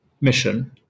mission